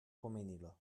pomenilo